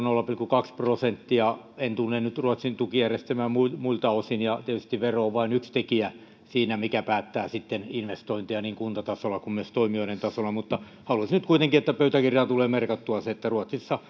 on nolla pilkku kaksi prosenttia en tunne nyt ruotsin tukijärjestelmää muilta muilta osin ja tietysti vero on vain yksi tekijä siinä mikä ratkaisee sitten investointeja niin kuntatasolla kuin myös toimijoiden tasolla mutta halusin nyt kuitenkin että pöytäkirjaan tulee merkattua se että ruotsissa